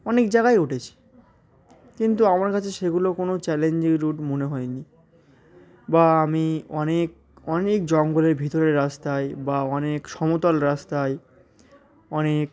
অনেক জায়গায় উঠেছি কিন্তু আমার কাছে সেগুলো কোনো চ্যালেঞ্জিং রুট মনে হয়নি বা আমি অনেক অনেক জঙ্গলের ভিতরের রাস্তায় বা অনেক সমতল রাস্তায় অনেক